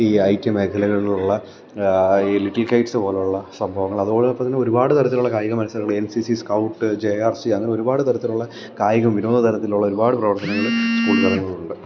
ഈ I T മേഖലകളിലുള്ള ഈ ലിറ്റിൽ കൈറ്റ്സ് പോലെയുള്ള സംഭവങ്ങൾ അതോടൊപ്പം തന്നെ ഒരുപാട് തരത്തിലുള്ള കായിക മത്സരങ്ങള് N C C scout J R C അങ്ങനെ ഒരുപാട് തരത്തിലുള്ള കായിക മികവ് തരത്തിലുള്ള ഒരുപാട് പ്രവർത്തനങ്ങൾ സ്കൂൾ തലങ്ങളിലുണ്ട്